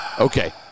Okay